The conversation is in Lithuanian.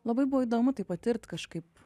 labai buvo įdomu tai patirt kažkaip